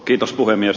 arvoisa puhemies